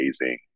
amazing